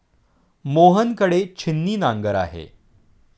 मोहन कडे छिन्नी नांगर आहे